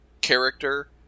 character